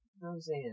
Roseanne